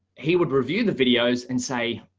he would review the videos and say,